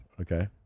Okay